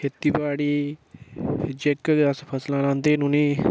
खेती बाड़ी जेह्के बी अस फसलां रांह्दे न उ'नेंगी